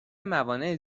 موانع